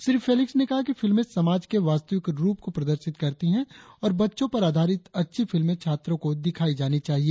Shri Felix ने कहा कि फिल्में समाज के वास्तविक रुप को प्रदर्शित करती है और बच्चों पर आधारित अच्छी फिल्में छात्रों को दिखाई जानी चाहिए